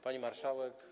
Pani Marszałek!